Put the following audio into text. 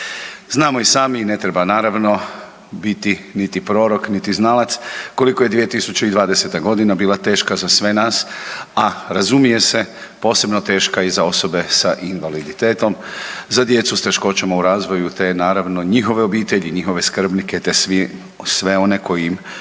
znamo i sami ne treba naravno biti niti prorok, niti znalac koliko je 2020.-ta godina bila teška za sve nas, a razumije se posebno teška i za osobe sa invaliditetom, za djecu sa teškoćama u razvoju te naravno njihove obitelji, njihove skrbnike te sve one koji im pomažu